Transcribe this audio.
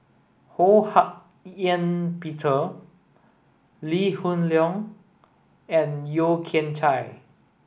Ho Hak Ean Peter Lee Hoon Leong and Yeo Kian Chai